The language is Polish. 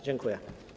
Dziękuję.